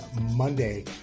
Monday